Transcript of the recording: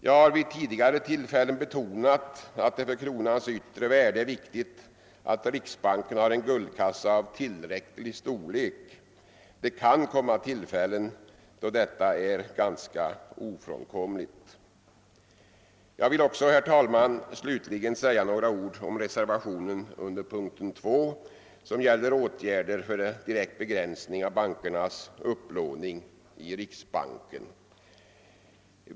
Jag har tidigare betonat att det för kronans yttre värde är viktigt att riksbanken har en guldkassa av tillräcklig storlek. Det kan komma tillfällen då detta är ganska ofrånkomligt. Jag vill också, herr talman, säga några ord om reservationen under punkten 2, som gäller åtgärder för direkt begränsning av bankernas upplåning i riksbanken.